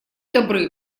добры